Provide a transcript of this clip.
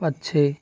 पक्षी